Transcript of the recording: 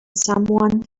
someone